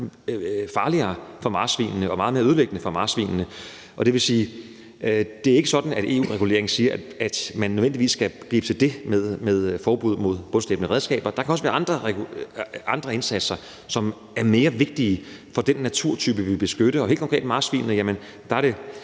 farligere for marsvinene og meget mere ødelæggende for marsvinene, og det vil sige, at det ikke er sådan, at EU-reguleringen siger, at man nødvendigvis skal løse det med forbuddet mod bundslæbende redskaber, for der kan også være andre indsatser, som er mere vigtige for den naturtype, vi beskytter. Og helt konkret kan det for marsvinenes